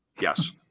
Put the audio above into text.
Yes